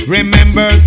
Remember